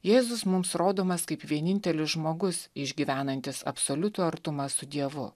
jėzus mums rodomas kaip vienintelis žmogus išgyvenantis absoliutų artumą su dievu